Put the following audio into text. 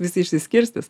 visi išsiskirstys